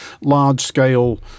large-scale